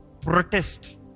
protest